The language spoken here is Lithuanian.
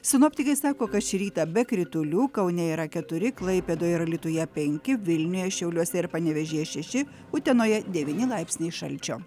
sinoptikai sako kad šį rytą be kritulių kaune yra keturi klaipėdoje ir alytuje penki vilniuje šiauliuose ir panevėžyje šeši utenoje devyni laipsniai šalčio